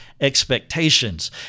expectations